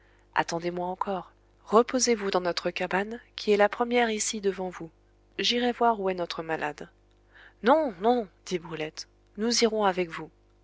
attendez-moi encore reposez-vous dans notre cabane qui est la première ici devant vous j'irai voir où est notre malade non non dit brulette nous irons avec vous